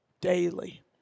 Daily